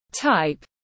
Type